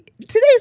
today's